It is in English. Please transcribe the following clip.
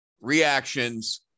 reactions